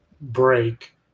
break